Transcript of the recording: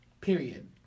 Period